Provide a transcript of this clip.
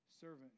servant